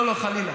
לא, לא, חלילה.